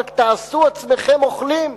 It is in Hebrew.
ורק תעשו עצמכם אוכלים,